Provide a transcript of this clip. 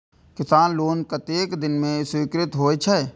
किसान लोन कतेक दिन में स्वीकृत होई छै?